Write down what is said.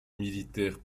militaires